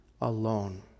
alone